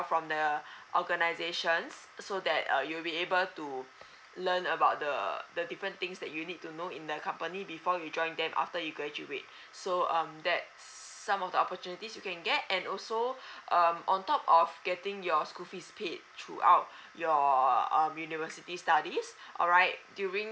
from the organizations so that uh you will be able to learn about the the different things that you need to know in the company before you join them after you graduate so um that some of the opportunities you can get and also um on top of getting your school fees paid throughout your um university studies alright during